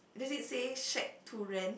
does it say shack to rent